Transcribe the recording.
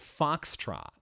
Foxtrot